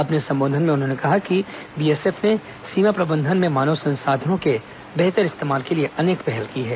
अपने संबोधन में उन्होंने कहा कि बीएसएफ ने सीमा प्रबंधन में मानव संसाधनों के बेहतर इस्तेमाल के लिए अनेक पहल की है